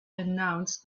announced